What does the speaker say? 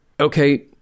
Okay